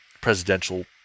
presidential